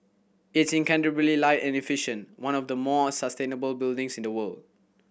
it's incredibly light and efficient one of the more sustainable buildings in the world